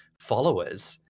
followers